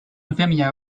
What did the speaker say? vimeo